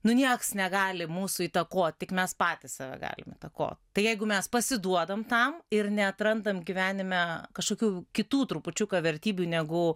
nu nieks negali mūsų įtakot tik mes patys save galim įtakot tai jeigu mes pasiduodam tam ir neatrandam gyvenime kažkokių kitų trupučiuką vertybių negu